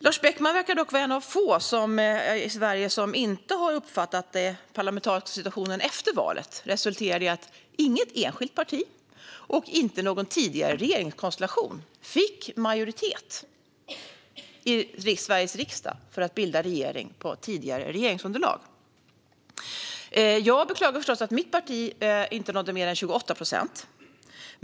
Lars Beckman verkar dock vara en av få i Sverige som inte har uppfattat att den parlamentariska situationen efter valet resulterade i att varken något enskilt parti eller någon tidigare regeringskonstellation fick majoritet i Sveriges riksdag för att bilda regering på tidigare regeringsunderlag. Jag beklagar förstås att mitt parti inte nådde mer än 28 procent.